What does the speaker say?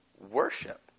worship